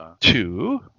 Two